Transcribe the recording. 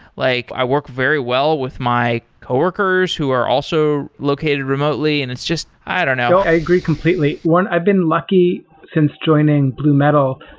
like i work very well with my coworkers who are also located remotely and it's just i don't know. i agree completely. one, i've been lucky since joining blue metal,